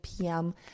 PM